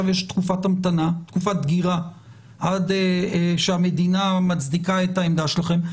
יש תקופת דגירה עד שהמדינה מצדיקה את העמדה שלכם,